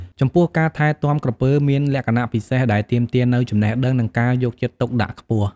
ចំពោះការថែទាំក្រពើមានលក្ខណៈពិសេស ដែលទាមទារនូវចំណេះដឹង និងការយកចិត្តទុកដាក់ខ្ពស់។